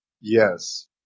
Yes